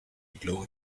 below